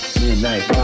midnight